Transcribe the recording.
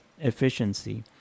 efficiency